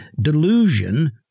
delusion